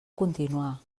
continuar